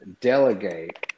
delegate